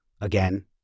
Again